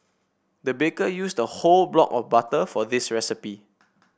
the baker used a whole block of butter for this recipe